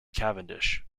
cavendish